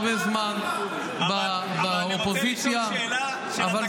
כנראה שיהיה לכם עוד הרבה זמן באופוזיציה -- אני לא יודע מה,